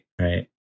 right